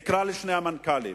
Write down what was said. תקרא לשני המנכ"לים,